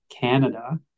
Canada